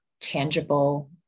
tangible